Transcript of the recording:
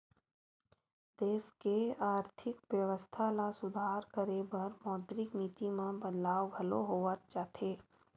देस के आरथिक बेवस्था ल सुधार करे बर मौद्रिक नीति म बदलाव घलो होवत जाथे